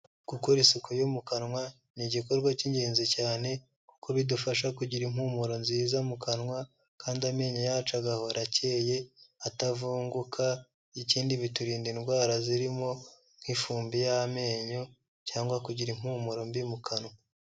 Gukora isuku yo mu kanwa ni igikorwa cy'ingenzi cyane kuko bidufasha kugira impumuro nziza mu kanwa kandi amenyo yacu agahora akeye atavunguka, ikindi biturinda indwara zirimo nk'ifumbi y'amenyo cyangwa kugira impumuro mbi mu kanwa.